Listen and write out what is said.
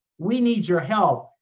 we need your help.